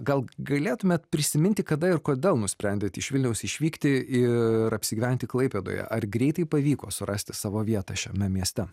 gal galėtumėt prisiminti kada ir kodėl nusprendėt iš vilniaus išvykti ir apsigyventi klaipėdoje ar greitai pavyko surasti savo vietą šiame mieste